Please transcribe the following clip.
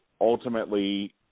ultimately